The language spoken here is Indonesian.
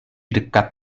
dekat